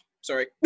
Sorry